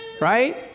right